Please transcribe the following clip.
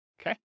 Okay